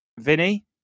Vinny